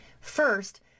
First